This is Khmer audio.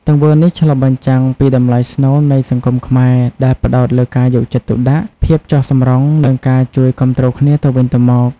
ទង្វើនេះឆ្លុះបញ្ចាំងពីតម្លៃស្នូលនៃសង្គមខ្មែរ ដែលផ្ដោតលើការយកចិត្តទុកដាក់ ភាពចុះសម្រុង និងការជួយគាំទ្រគ្នាទៅវិញទៅមក។